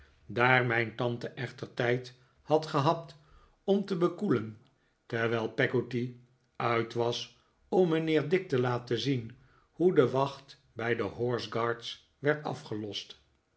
daar mijn tante echter tijd had gehad om te bekoelen terwijl peggotty uit was om mijnheer dick te laten zien hoe de wacht bij de horse guards werd afgelost